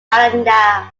verandah